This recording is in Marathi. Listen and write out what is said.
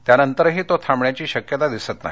त्यानंतरही तो थांबण्याची शक्यता दिसत नाही